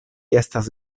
estas